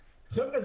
חבר'ה,